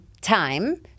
time